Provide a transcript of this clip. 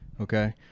Okay